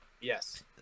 Yes